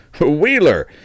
Wheeler